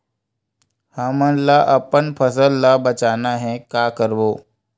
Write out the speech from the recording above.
हमन ला अपन फसल ला बचाना हे का करबो?